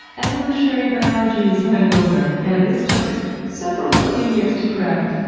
evolutionary biology is my milliner, and this took several million years to craft.